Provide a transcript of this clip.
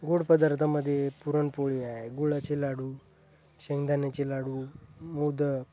गोड पदार्थामध्ये पुरणपोळी आहे गुळाचे लाडू शेंगदाण्याचे लाडू मोदक